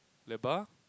Lebar